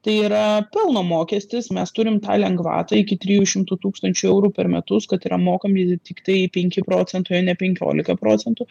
tai yra pelno mokestis mes turim tą lengvatą iki trijų šimtų tūkstančių eurų per metus kad yra mokami tiktai penki procentai o ne penkiolika procentų